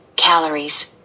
calories